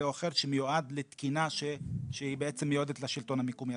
או אחר שמיועד לתקינה שהיא מיועדת לשלטון המקומי.